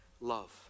love